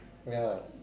ya